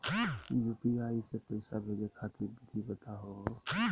UPI स पैसा भेजै खातिर विधि बताहु हो?